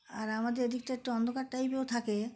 আর আমাদের এদিকটা একটু অন্ধকার টাইপও থাকে